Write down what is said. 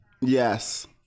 Yes